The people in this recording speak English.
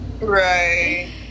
Right